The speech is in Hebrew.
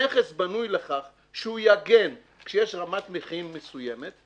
המכס בנוי לכך שהוא יגן כשיש רמת מחירים מסוימת,